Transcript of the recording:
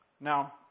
Now